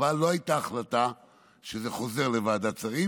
אבל לא הייתה החלטה שזה חוזר לוועדת שרים